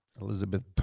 Elizabeth